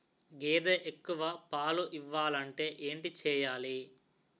గేదె ఎక్కువ పాలు ఇవ్వాలంటే ఏంటి చెయాలి?